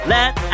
Let